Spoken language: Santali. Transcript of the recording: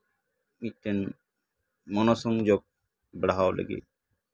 ᱢᱤᱫᱴᱮᱱ ᱢᱚᱱᱚ ᱥᱚᱝᱡᱳᱜ ᱵᱟᱲᱦᱟᱣ ᱞᱟᱹᱜᱤᱫ